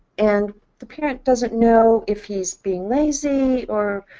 and the parent doesn't know if he's being lazy or?